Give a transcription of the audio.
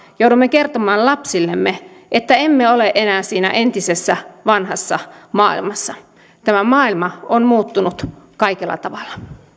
joudumme kertomaan lapsillemme että emme ole enää siinä entisessä vanhassa maailmassa tämä maailma on muuttunut kaikella tavalla